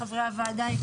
חברי הוועדה יקבלו עדכון.